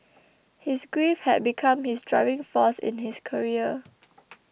his grief had become his driving force in his career